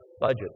budget